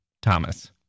Thomas